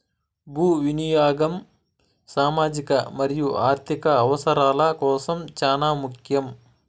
భూ వినియాగం సామాజిక మరియు ఆర్ధిక అవసరాల కోసం చానా ముఖ్యం